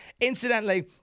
Incidentally